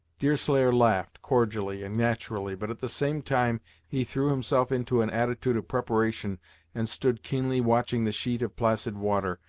deerslayer laughed, cordially and naturally, but at the same time he threw himself into an attitude of preparation and stood keenly watching the sheet of placid water.